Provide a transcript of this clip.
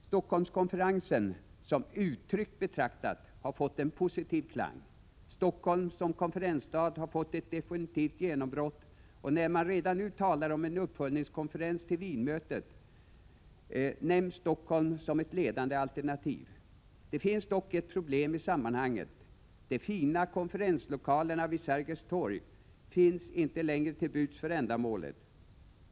Stockholmskonferensen har, som uttryck betraktat, fått en positiv klang. Stockholm som konferensstad har fått ett definitivt genombrott, och när man redan nu talar om en uppföljningskonferens till Wienmötet nämns Stockholm som ett ledande alternativ. Det finns dock ett problem i sammanhanget —- de fina konferenslokalerna vid Sergels torg står inte längre till buds för ändamålet.